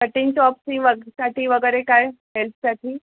cutting चॉपची वगैसाठी वगैरे काय हेल्पसाठी